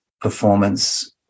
performance